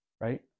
right